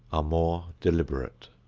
are more deliberate.